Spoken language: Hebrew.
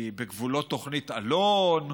היא בגבולות תוכנית אלון,